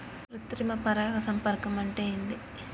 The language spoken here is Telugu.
కృత్రిమ పరాగ సంపర్కం అంటే ఏంది?